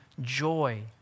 joy